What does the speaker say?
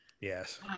Yes